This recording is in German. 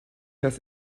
das